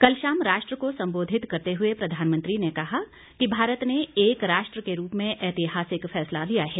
कल शाम राष्ट्र को संबोधित करते हुए प्रधानमंत्री ने कहा कि भारत ने एक राष्ट्र के रूप में ऐतिहासिक फैसला लिया है